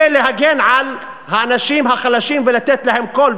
להגן על האנשים החלשים ולתת להם קול,